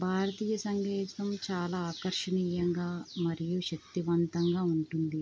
భారతీయ సంగీతం చాలా ఆకర్షణీయంగా మరియు శక్తివంతంగా ఉంటుంది